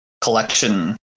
collection